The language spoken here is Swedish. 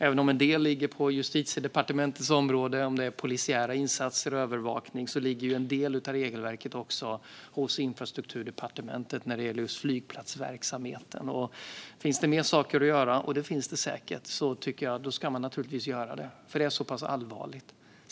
Även om en del ligger på Justitiedepartementets område, polisiära insatser och övervakning, ligger en del av regelverket också hos Infrastrukturdepartementet när det gäller just flygplatsverksamheten. Finns det mer saker att göra - det finns det säkert - tycker jag naturligtvis att man ska göra det. Det är så pass allvarligt.